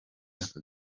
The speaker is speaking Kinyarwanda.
aka